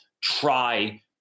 try